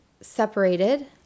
separated